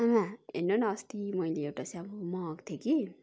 आमा हेर्नु न अस्ति मैले एउटा स्याम्पो मगाएको थिएँ कि